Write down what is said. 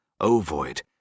ovoid